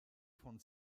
von